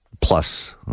plus